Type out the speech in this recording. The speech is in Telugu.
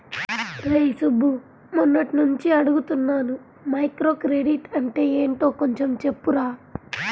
రేయ్ సుబ్బు, మొన్నట్నుంచి అడుగుతున్నాను మైక్రోక్రెడిట్ అంటే యెంటో కొంచెం చెప్పురా